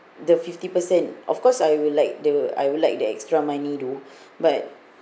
the fifty percent of course I will like the I will like the extra money though but